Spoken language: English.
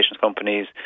companies